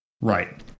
Right